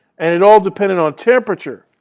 and it all depended on temperature.